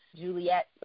Juliet